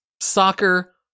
soccer